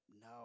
No